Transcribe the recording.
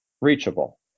reachable